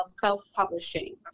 self-publishing